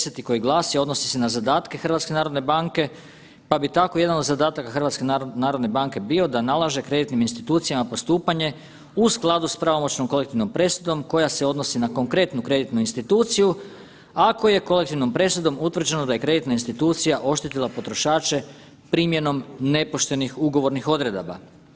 10. koji glasi, a odnosi se na zadatke HNB-a, pa bi tako jedan od zadataka HNB-a bio da nalaže kreditnim institucijama postupanje u skladu s pravomoćnom kolektivnom presudom koja se odnosi na konkretnu kreditnu instituciju ako je kolektivnom presudom utvrđeno da je kreditna institucija oštetila potrošače primjenom nepoštenih ugovornih odredaba.